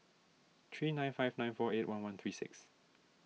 three nine five nine four eight one one three six